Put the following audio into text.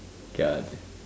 ya